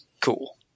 cool